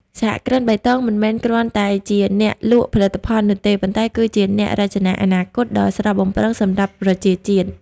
សហគ្រិនបៃតងមិនមែនគ្រាន់តែជាអ្នកលក់ផលិតផលនោះទេ ប៉ុន្តែគឺជាអ្នក "រចនាអនាគត" ដ៏ស្រស់បំព្រងសម្រាប់ប្រជាជាតិ។